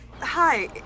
hi